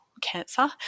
cancer